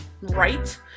right